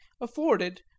afforded